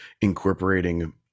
incorporating